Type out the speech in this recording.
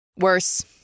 Worse